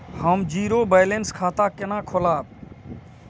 हम zero balance खाता केना खोलाब?